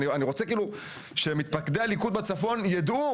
אני רוצה שמתפקדי הליכוד בצפון יידעו